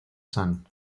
sun